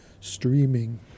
streaming